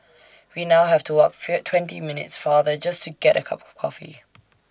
we now have to walk fee twenty minutes farther just to get A cup of coffee